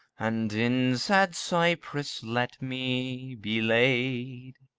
and in sad cypress let me be laid